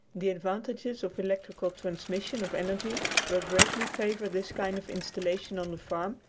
the advantages of electrical transmission of energy will greatly favour this kind of installation on the farm,